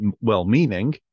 well-meaning